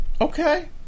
Okay